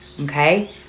Okay